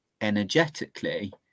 energetically